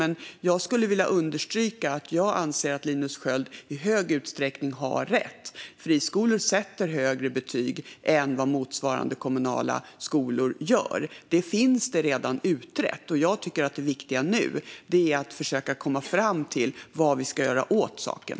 Men jag skulle vilja understryka att jag anser att Linus Sköld i hög utsträckning har rätt. Friskolor sätter högre betyg än motsvarande kommunala skolor gör. Det finns redan utrett. Jag tycker att det viktiga nu är att försöka komma fram till vad vi ska göra åt saken.